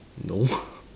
no